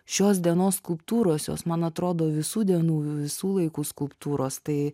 šios dienos skulptūros jos man atrodo visų dienų visų laikų skulptūros tai